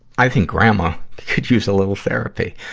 i think grandma could use a little therapy.